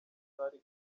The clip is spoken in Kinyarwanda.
tutari